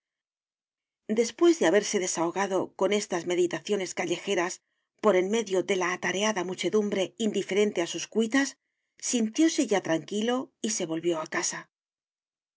después de haberse desahogado con estas meditaciones callejeras por en medio de la atareada muchedumbre indiferente a sus cuitas sintióse ya tranquilo y se volvió a casa